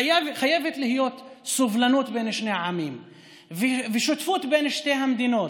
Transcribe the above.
חייבת להיות סובלנות בין שני העמים ושותפות בין שתי המדינות.